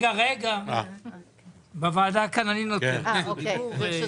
רגע, בוועדה כאן אני נותן רשות דיבור.